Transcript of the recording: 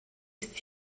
ist